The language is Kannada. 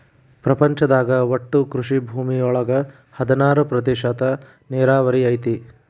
ಪ್ರಪಂಚದಾಗ ಒಟ್ಟು ಕೃಷಿ ಭೂಮಿ ಒಳಗ ಹದನಾರ ಪ್ರತಿಶತಾ ನೇರಾವರಿ ಐತಿ